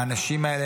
האנשים האלה,